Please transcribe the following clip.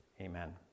Amen